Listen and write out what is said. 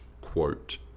quote